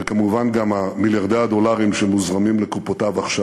וכמובן גם מיליארדי הדולרים שמוזרמים לקופותיה עכשיו.